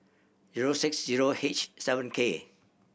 zero six zero H seven K